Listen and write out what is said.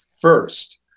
first